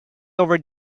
over